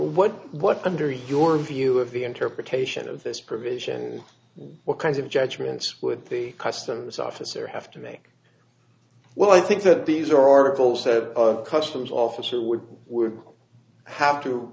what what under your view of the interpretation of this provision and what kinds of judgments with the customs officer have to make well i think that these are articles said a customs officer would would have to